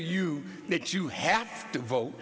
you that you have to vote